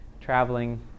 traveling